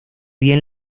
bien